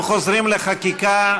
אנחנו חוזרים לחקיקה.